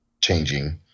changing